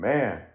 Man